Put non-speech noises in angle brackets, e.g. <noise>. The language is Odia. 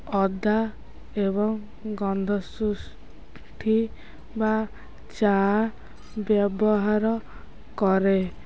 ଅଦା ଏବଂ ଗନ୍ଧ <unintelligible> ବା ଚା' ବ୍ୟବହାର କରେ